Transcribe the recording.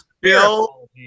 Bill